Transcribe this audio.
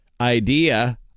idea